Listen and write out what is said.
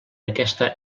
aquesta